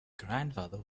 grandfather